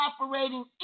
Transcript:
operating